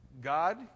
God